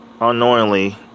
unknowingly